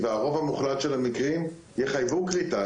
הרוב המוחלט של המקרים יחייבו כריתה.